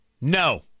No